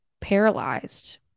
paralyzed